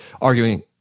arguing